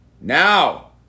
Now